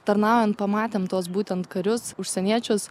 tarnaujant pamatėm tuos būtent karius užsieniečius